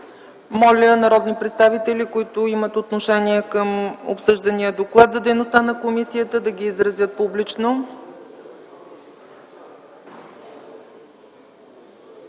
Моля народни представители, които имат отношение към обсъждания доклад за дейността на комисията, да го изразят публично.